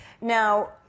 Now